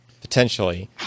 potentially